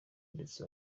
ndetse